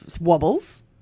wobbles